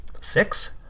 Six